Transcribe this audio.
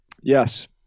Yes